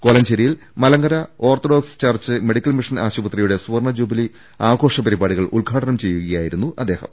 കോലഞ്ചേരിയിൽ Malankara Orthodox Church Medical Mission ആശുപത്രിയുടെ സുവർണ jubilee ആഘോഷപരിപാടികൾ ഉദ്ഘാടനം ചെയ്യുകയായിരുന്നു അദ്ദേ ഹം